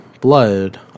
blood